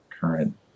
current